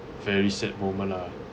very sad moment lah